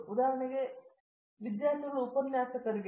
ಉದಾಹರಣೆಗೆ ವಿದ್ಯಾರ್ಥಿಗಳಿಗೆ ಉಪನ್ಯಾಸಕರಿಗೆ